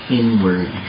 inward